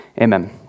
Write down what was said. Amen